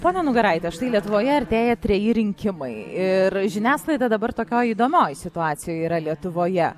ponia nugaraite štai lietuvoje artėja treji rinkimai ir žiniasklaida dabar tokioj įdomioj situacijoj yra lietuvoje